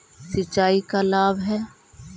सिंचाई का लाभ है?